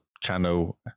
channel